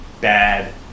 bad